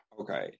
okay